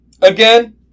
again